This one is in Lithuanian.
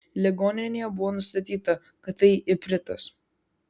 ligoninėje buvo nustatyta kad tai ipritas